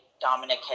Dominic